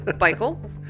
Michael